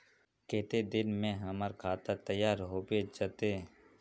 केते दिन में हमर खाता तैयार होबे जते?